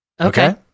Okay